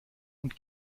und